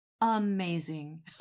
amazing